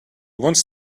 wants